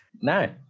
No